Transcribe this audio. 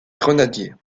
grenadiers